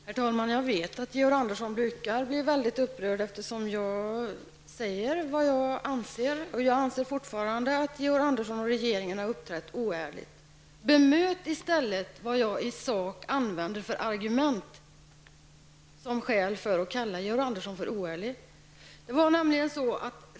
Herr talman! Jag vet att Georg Andersson brukar bli mycket upprörd, eftersom jag säger vad jag anser, och jag anser fortfarande att Georg Andersson och regeringen har uppträtt oärligt. Bemöt i stället de argument som jag använder som skäl för att kalla Georg Andersson för oärlig!